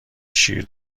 شیر